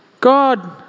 God